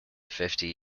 fifty